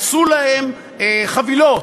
עשו להם חבילות.